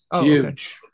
huge